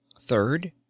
third